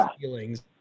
feelings